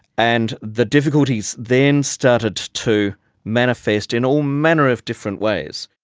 and the difficulties then started to manifest in all manner of different ways.